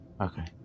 okay